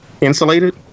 insulated